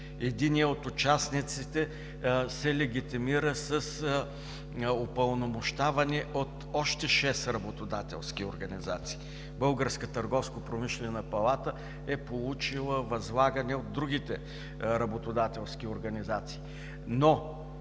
единият от участниците се легитимира с упълномощаване от още шест работодателски организации, Българска търговско-промишлена палата е получила възлагане от другите работодателски организации,